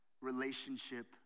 relationship